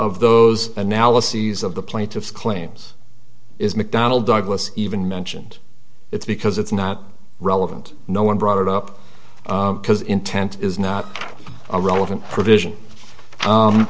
of those analyses of the plaintiff's claims is mcdonnell douglas even mentioned it because it's not relevant no one brought it up because intent is not a relevant provision